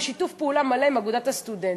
בשיתוף פעולה מלא עם אגודת הסטודנטים.